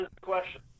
question